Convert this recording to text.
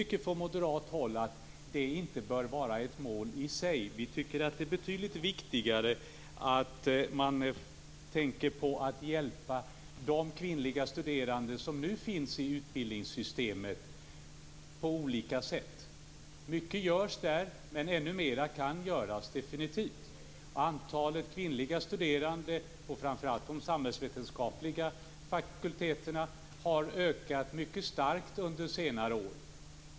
Från moderat håll tycker vi att detta inte bör vara ett mål i sig. Det är betydligt viktigare att man tänker på att på olika sätt hjälpa de kvinnliga studerande som nu finns i utbildningssystemet. Mycket görs, men ännu mera kan definitivt göras. Antalet kvinnliga studerande på framför allt de samhällsvetenskapliga fakulteterna har ökat mycket starkt under senare år.